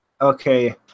Okay